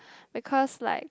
because like